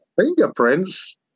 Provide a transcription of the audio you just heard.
Fingerprints